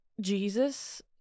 Jesus